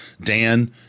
Dan